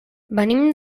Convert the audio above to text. venim